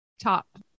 top